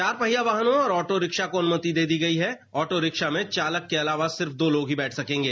चार पहिया वाहनों और ऑटो रिक्शा को अनुमति दे दी गई है ऑटो रिक्शा में चालक के अलावा सिर्फ दो लोग ही बैठ सकेंगे